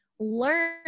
learn